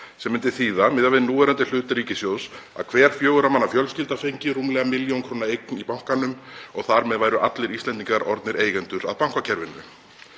sem myndi þýða, miðað við núverandi hlut ríkissjóðs, að hver fjögurra manna fjölskylda fengi rúmlega milljón króna eign í bankanum og þar með væru allir Íslendingar orðnir eigendur að bankakerfinu.